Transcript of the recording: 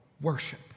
worship